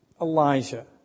Elijah